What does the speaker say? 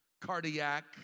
cardiac